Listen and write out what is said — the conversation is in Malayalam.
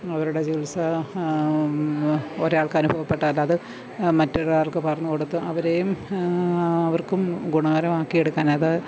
അവരുടെ ചികിത്സ ഒരാൾക്ക് അനുഭവപ്പെട്ടാലത് മറ്റൊരാൾക്ക് പകർന്നു കൊടുത്ത് അവരേയും അവർക്കും ഗുണകരമാക്കിയെടുക്കാനത്